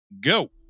go